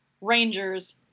Rangers